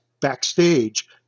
backstage